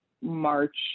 March